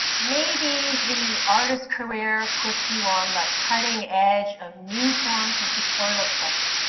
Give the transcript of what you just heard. maybe the artist's career puts you on the cutting edge of new forms of pictorial expression.